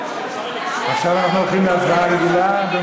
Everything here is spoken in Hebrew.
עכשיו אנחנו הולכים להצבעה רגילה?